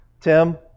Tim